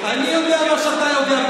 אני יודע מה שאתה יודע.